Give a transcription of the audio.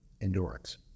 endurance